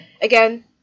Again